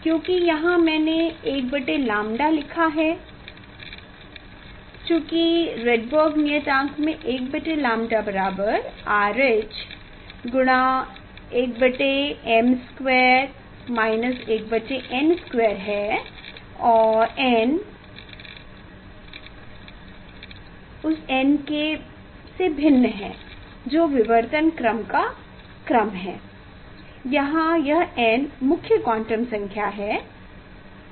क्योंकि यहाँ मैंने 1𝛌 लिखा है क्योंकि राइडबेर्ग नियतांक में 1𝛌 बराबर RH 1m2 1n2 है यह n उस n से भिन्न है जो विवर्तन क्रम का क्रम है यहाँ यह n मुख्य क्वांटम संख्या है